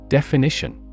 Definition